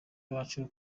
bacu